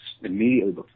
immediately